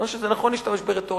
לא שזה נכון להשתמש ברטוריקה,